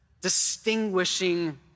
distinguishing